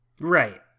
Right